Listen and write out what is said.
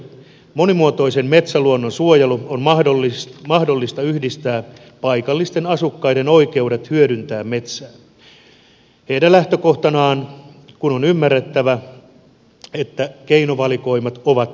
monimuotoisen metsäluonnon suojelu on mahdollista yhdistää paikallisten asukkaiden oikeuteen hyödyntää metsää heidän lähtökohtanaan kun on ymmärrettävä että keinovalikoimat ovat oikeat